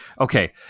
Okay